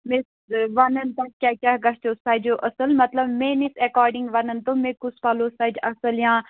مےٚ وَنَن پَتہٕ کیٛاہ کیٛاہ گژھٮ۪و سَجو اَصٕل مطلب میٛٲنِس ایٚکاڈِنٛگ وَنَن تِم مےٚ کُس پَلو سَجہِ اَصٕل یا